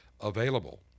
available